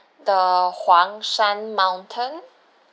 the huang shan mountain